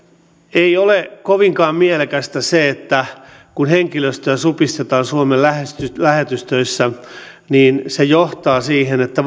ei ole kovinkaan mielekästä se että kun henkilöstöä supistetaan suomen lähetystöissä niin se johtaa siihen että